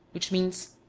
which means,